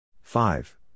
five